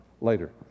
later